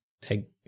take